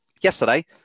Yesterday